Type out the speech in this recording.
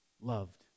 loved